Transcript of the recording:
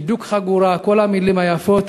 הידוק חגורה, כל המילים היפות.